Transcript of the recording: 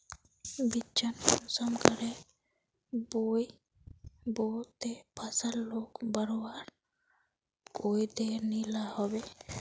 बिच्चिक कुंसम करे बोई बो ते फसल लोक बढ़वार कोई देर नी होबे?